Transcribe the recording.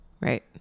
Right